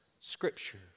Scripture